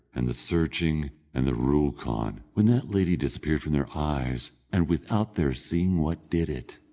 and the searching, and the rookawn, when that lady disappeared from their eyes, and without their seeing what did it.